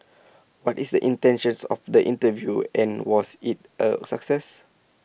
what is the intentions of the interview and was IT A success